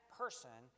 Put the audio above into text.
person